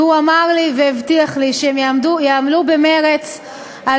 והוא אמר לי והבטיח לי שהם יעמלו במרץ על